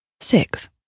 six